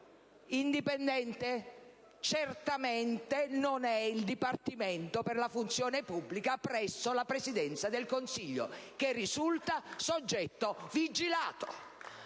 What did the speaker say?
indipendente. Certamente non è il Dipartimento per la funzione pubblica presso la Presidenza del Consiglio, che risulta soggetto vigilato!